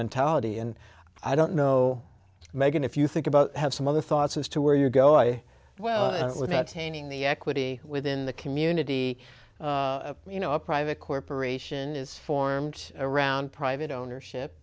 mentality and i don't know meghan if you think about have some other thoughts as to where you go i well look at tainting the equity within the community you know a private corporation is formed around private ownership